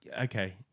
okay